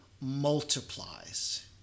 multiplies